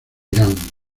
irán